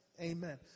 Amen